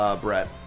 Brett